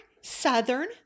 Southern